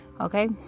Okay